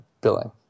billing